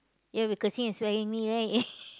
you all be cursing and swearing me right